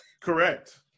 Correct